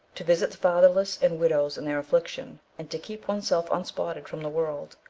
to visit the fatherless and widows in their affliction, and to keep oneself unspotted from the world.